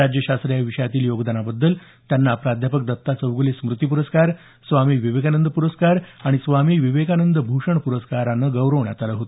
राज्यशास्त्र या विषयातील योगदानाबद्दल त्यांना प्राध्यापक दत्ता चौगुले स्मृती पुरस्कार स्वामी विवेकानंद पुरस्कार आणि स्वामी विवेकानंद भूषण प्रस्कार मिळाले आहेत